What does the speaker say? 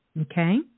Okay